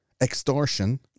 extortion